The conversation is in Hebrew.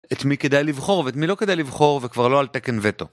את מי כדאי לבחור ואת מי לא כדאי לבחור וכבר לא על תקן וטו.